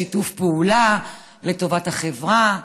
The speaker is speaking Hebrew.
שיתוף פעולה לטובת החברה,